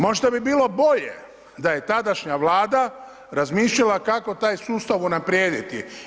Možda bi bilo bolje da je tadašnja vlada razmišljala kako taj sustav unaprijediti.